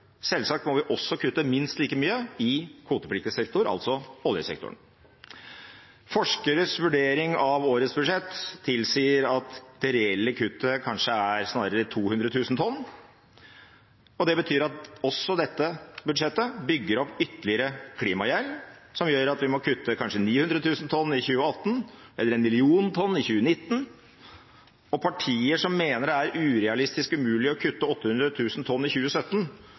Selvsagt må vi også kutte minst like mye i kvotepliktig sektor – altså oljesektoren. Forskeres vurdering av årets budsjett tilsier at det reelle kuttet kanskje snarere er 200 000 tonn. Det betyr at også dette budsjettet bygger opp ytterligere klimagjeld, som gjør at vi må kutte kanskje 900 000 tonn i 2018, eller 1 million tonn i 2019, og partier som mener det er urealistisk og umulig å kutte 800 000 tonn i 2017,